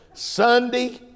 Sunday